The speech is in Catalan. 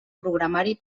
programari